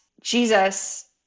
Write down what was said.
Jesus